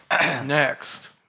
Next